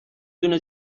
دونه